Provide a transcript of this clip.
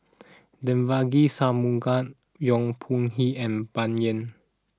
Devagi Sanmugam Yong Pung How and Bai Yan